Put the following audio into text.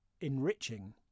enriching